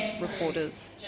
reporters